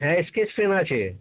হ্যাঁ sketch pen আছে